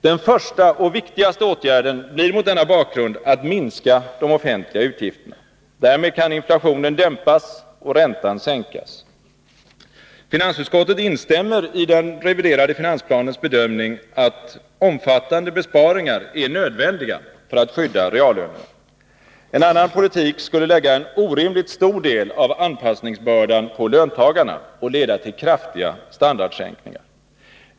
Den första och viktigaste åtgärden blir mot denna bakgrund att minska de offentliga utgifterna. Därmed kan inflationen dämpas och räntan sänkas. Finansutskottet instämmer i den reviderade finansplanens bedömning att omfattande besparingar är nödvändiga för att skydda reallönerna. En annan politik skulle lägga en orimligt stor del av anpassningsbördan på löntagarna och leda till kraftiga standardsänkningar.